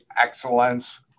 excellence